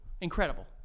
Incredible